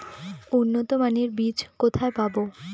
উন্নতমানের বীজ কোথায় পাব?